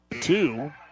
two